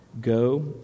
go